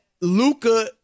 Luca